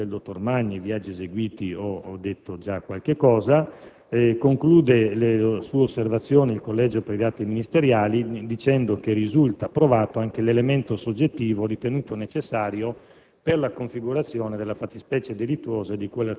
Per quanto riguarda la competenza del dottor Magni, dei viaggi eseguiti ho già detto qualcosa. Conclude le sue osservazioni il Collegio dicendo che risulta approvato anche l'elemento soggettivo, ritenuto necessario